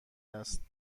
است